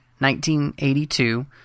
1982